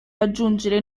aggiungere